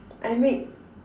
I make